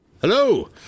Hello